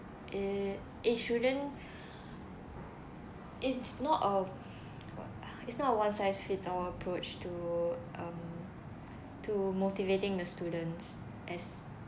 it it shouldn't it's not a it's not one size fits all approach to to um to motivating the students as